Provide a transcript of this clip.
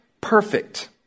perfect